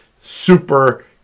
super